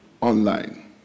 online